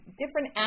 different